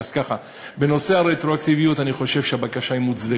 בנושא הרטרואקטיביות, אני חושב שהבקשה מוצדקת.